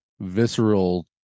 visceral